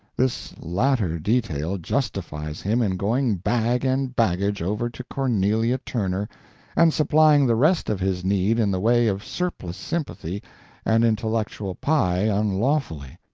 this latter detail justifies him in going bag and baggage over to cornelia turner and supplying the rest of his need in the way of surplus sympathy and intellectual pie unlawfully.